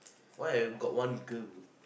why I got one girl